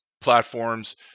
platforms